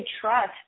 trust